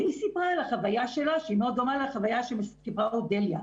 והיא סיפרה על החוויה שלה שמאוד דומה לחוויה שסיפרה אודליה.